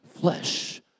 flesh